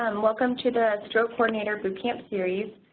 um welcome to the stroke coordinator bootcamp series.